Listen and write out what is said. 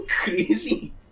Crazy